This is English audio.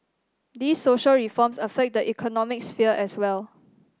these social reforms affect the economic sphere as well